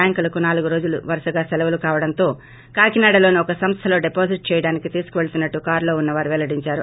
బ్యాంకులకు నాలుగు రోజులు వరుసగా సెలవులు కావడంతో కాకినాడలోని ఒక సంస్థలో డిపాజిట్ చేయడానికి తీసుకువెళ్తునట్టు కారులో ఉన్నవారు పెల్లడించారు